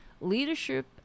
Leadership